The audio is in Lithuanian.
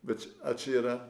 bet ar čia yra